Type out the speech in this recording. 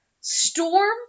Storm